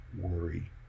worry